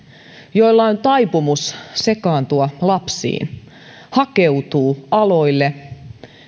joilla on taipumus sekaantua lapsiin hakeutuvat aloille